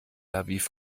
aviv